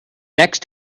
next